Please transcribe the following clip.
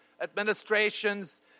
administrations